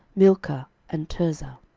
milcah, and tirzah.